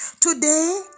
Today